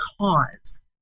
cause